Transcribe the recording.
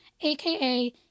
aka